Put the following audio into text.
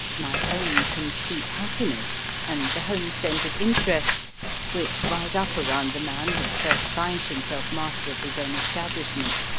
my own complete happiness, and the home-centred interests which rise up around the man who first finds himself master of his own establishment,